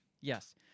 Yes